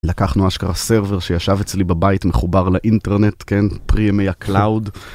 לקחנו אשכרה סרבר שישב אצלי בבית מחובר לאינטרנט, כן, פרי-ימי הקלאוד.